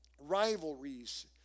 rivalries